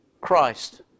Christ